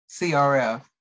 CRF